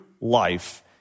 life